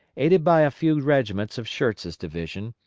aided by a few regiments of schurz's division,